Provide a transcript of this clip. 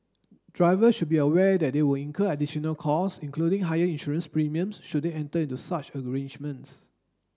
driver should be aware that they will incur additional cost including higher insurance premiums should they enter into such arrangements